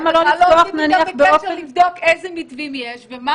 למה לא לפתוח נניח באופן --- אפשר להיות איתם בקשר,